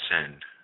send